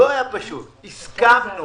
הסכמנו